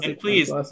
please